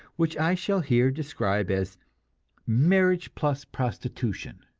which i shall here describe as marriage-plus-prostitution.